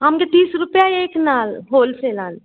आमगे तीस रुपया एक नाल होलसेलाल